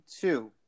two